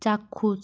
চাক্ষুষ